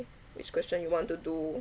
which question you want to do